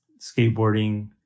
skateboarding